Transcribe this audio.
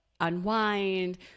unwind